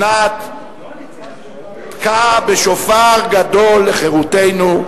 שנת "תקע בשופר גדול לחירותנו".